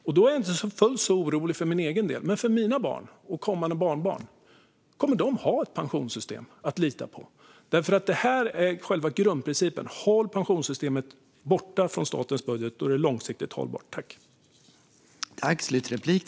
Jag är inte fullt så orolig för egen del. Men kommer mina barn och kommande barnbarn att ha ett pensionssystem att lita på? Grundprincipen är att hålla pensionssystemet borta från statens budget. Då är det långsiktigt hållbart.